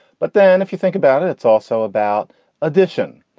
but then if you think about it, it's also about addition.